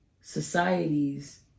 societies